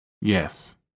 Yes